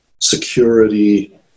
security